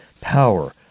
power